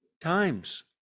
times